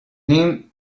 name